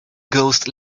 ghost